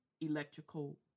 electrical